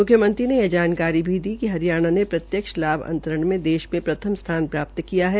मुख्यमंत्री ने यह जानकारी भी दी कि हरियाणा ने प्रत्यक्ष लाभ अंतरण में देश में प्रथम स्थान प्राप्त किया है